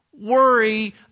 worry